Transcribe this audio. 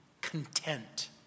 content